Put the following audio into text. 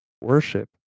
worship